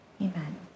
amen